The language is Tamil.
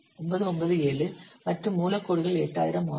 0997 மற்றும் மூல கோடுகள் 8000 ஆகும்